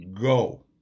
Go